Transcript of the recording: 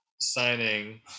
signing